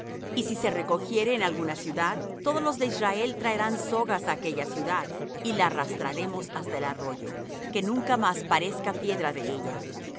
y si se recogiere en alguna ciudad todos los de israel traerán sogas á aquella ciudad y la arrastraremos hasta el arroyo que nunca más parezca piedra de ella